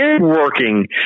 working